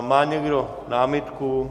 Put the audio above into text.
Má někdo námitku?